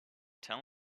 tell